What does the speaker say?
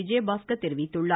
விஜயபாஸ்கர் தெரிவித்துள்ளார்